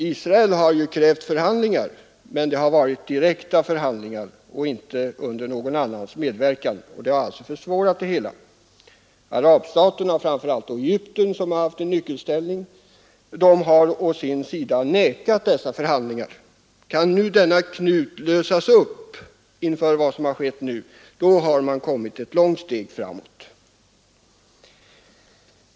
Israel har ju krävt förhandlingar, men det har gällt direkta förhandlingar och inte genom någon annans medverkan, och det har försvårat det hela. Arabstaterna — framför allt Egypten, som har haft en nyckelställning — har å sin sida sagt nej till sådana förhandlingar. Kan denna knut lösas upp efter vad som nu har skett, då har man kommit ett långt steg framåt.